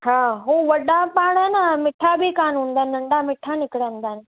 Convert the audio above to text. हा हू वॾा पाण न मिट्ठा बि कोन्ह हूंदा आहिनि नंढा मिट्ठा निकिरींदा आहिनि